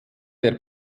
der